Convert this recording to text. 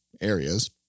areas